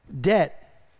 Debt